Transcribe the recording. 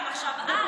איתן, עכשיו אתה.